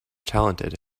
talented